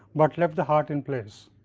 but left the heart in place.